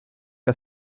que